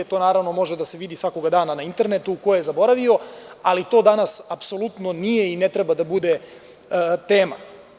To, naravno, može da se vidi svakog dana na internetu, ko je zaboravio, ali to danas apsolutno nije i ne treba da bude tema.